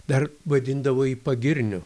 dar vadindavo jį pagirniu